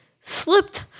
slipped